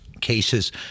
cases